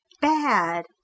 bad